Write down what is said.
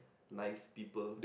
nice people